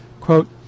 Quote